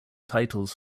titles